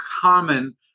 common